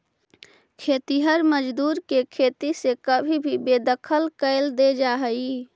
खेतिहर मजदूर के खेती से कभी भी बेदखल कैल दे जा हई